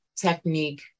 technique